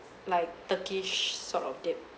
like turkish sort of dip